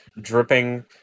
dripping